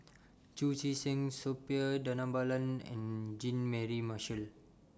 Chu Chee Seng Suppiah Dhanabalan and Jean Mary Marshall